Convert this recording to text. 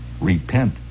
Repent